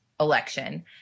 election